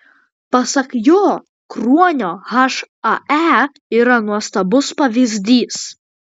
pasak jo kruonio hae yra nuostabus pavyzdys